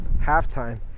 Halftime